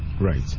Right